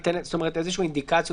איזושהי אינדיקציה?